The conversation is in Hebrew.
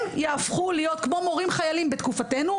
הם יהפכו להיות כמו מורים חיילים בתקופתנו.